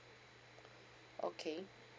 okay